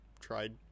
tried